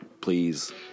please